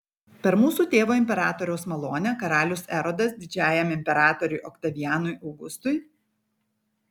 per mūsų tėvo imperatoriaus malonę karalius erodas didžiajam imperatoriui oktavianui augustui